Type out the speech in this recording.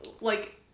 like-